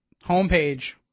homepage